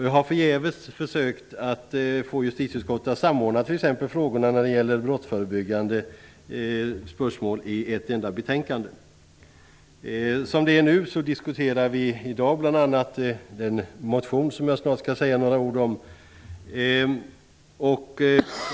Jag har förgäves försökt att få justitieutskottet att samordna t.ex. frågorna om brottsförebyggande verksamhet i ett enda betänkande. I dag gäller vår diskussion bl.a. den motion som jag strax skall säga några ord om.